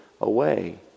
away